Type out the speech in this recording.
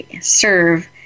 serve